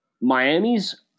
Miami's